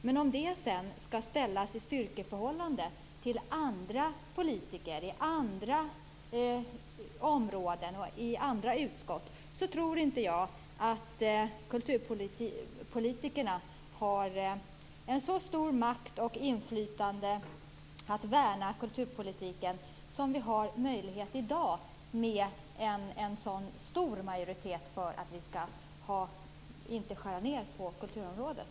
Men om det sedan skall ställas i styrkeförhållande till andra politiker i andra utskott tror jag inte att kulturpolitikerna har en så stor makt och så stort inflytande när det gäller att värna kulturpolitiken som vi har i dag med en så stor majoritet för att inte skära ned på kulturområdet.